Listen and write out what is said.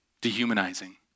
dehumanizing